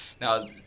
Now